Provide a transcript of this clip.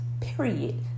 period